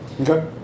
Okay